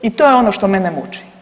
I to je ono što mene muči.